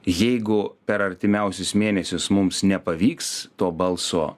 jeigu per artimiausius mėnesius mums nepavyks to balso